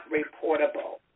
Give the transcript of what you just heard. reportable